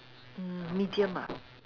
mm medium ah